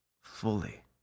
fully